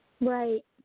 Right